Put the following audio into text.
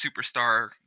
superstar